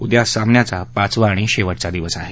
उद्या सामन्याचा पाचवा आणि शेवटचा दिवस आहे